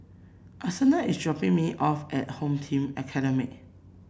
Antonette is dropping me off at Home Team Academy